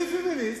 אני פמיניסט,